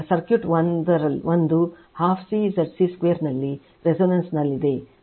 circuit l 12 C ZC2 ನಲ್ಲಿ resonance ದಲ್ಲಿದೆ